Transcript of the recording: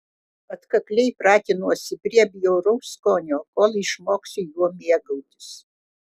atkakliai pratinsiuosi prie bjauraus skonio kol išmoksiu juo mėgautis